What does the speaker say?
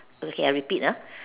okay I repeat ah